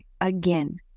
again